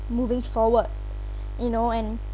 moving forward you know and